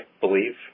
believe